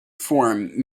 form